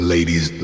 Ladies